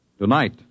Tonight